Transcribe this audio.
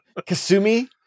Kasumi